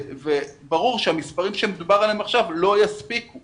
ברור שהמספרים עליהם מדובר עכשיו לא יספיקו